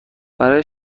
برای